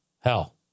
hell